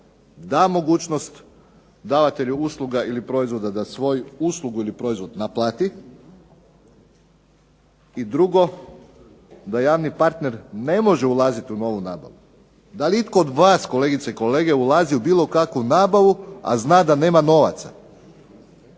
da mogućnost davatelju usluga ili proizvoda da svoju uslugu ili proizvod naplati i drugo, da javni partner ne može ulazit u novu nabavu. Da li itko od vas, kolegice i kolege, ulazi u bilo kakvu nabavu a zna da nema novaca?